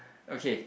okay